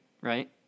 Right